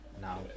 now